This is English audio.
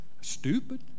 Stupid